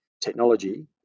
technology